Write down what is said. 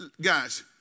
Guys